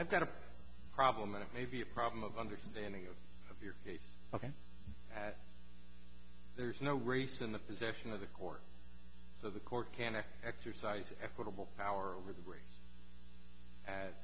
i've got a problem and it may be a problem of understanding of of your case ok as there is no race in the possession of the court so the court can act exercise equitable power